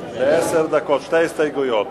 לעשר דקות, שתי הסתייגויות.